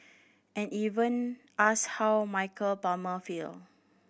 and even asked how Michael Palmer feel